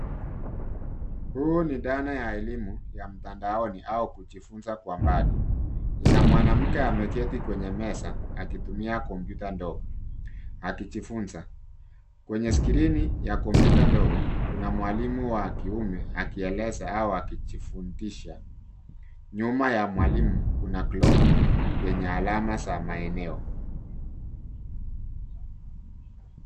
Huu ni dhana ya elimu ya mtandaoni au kujifunza kwa mbali. Ina mwanamke ameketi kwenye meza akitumia kompyuta ndogo, akijifunza. Kwenye skrini ya kompyuta ndogo kuna mwalimu wa kiume akieleza au akijifundisha. Nyuma ya mwalimu, kuna globe yenye alama za maeneo.